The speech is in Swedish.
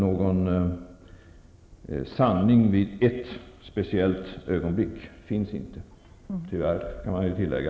Någon sanning vid ett speciellt ögonblick finns inte -- tyvärr, kan man tillägga.